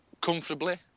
comfortably